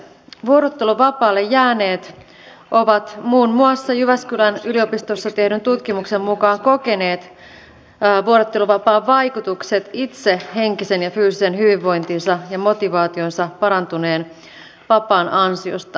vuorotteluvapaalle jääneet ovat muun muassa jyväskylän yliopistossa vuorotteluvapaan vaikutuksista tehdyn tutkimuksen mukaan kokeneet itse henkisen ja fyysisen hyvinvointinsa ja motivaationsa parantuneen vapaan ansiosta